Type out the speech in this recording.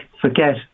Forget